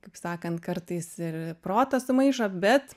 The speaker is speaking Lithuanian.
kaip sakant kartais ir protą sumaišo bet